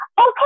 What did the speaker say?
Okay